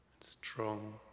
strong